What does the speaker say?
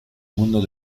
mundo